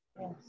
Yes